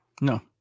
No